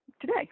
today